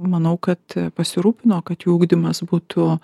manau kad pasirūpino kad jų ugdymas būtų